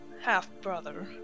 half-brother